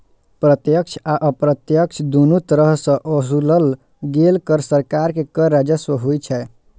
प्रत्यक्ष आ अप्रत्यक्ष, दुनू तरह सं ओसूलल गेल कर सरकार के कर राजस्व होइ छै